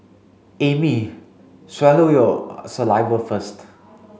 Amy swallow your saliva first